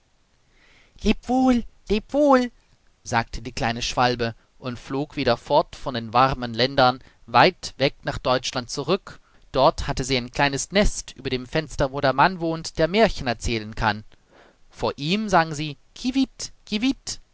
lebe wohl lebe wohl sagte die kleine schwalbe und flog wieder fort von den warmen ländern weit weg nach deutschland zurück dort hatte sie ein kleines nest über dem fenster wo der mann wohnt der märchen erzählen kann vor ihm sang sie